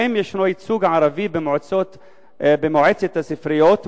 האם יש ייצוג ערבי במועצת הספריות,